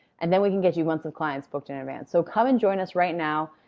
and then we can get you months of clients booked in advance. so come and join us right now,